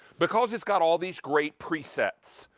because it's got all these great presets.